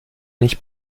nicht